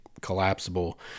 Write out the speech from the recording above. collapsible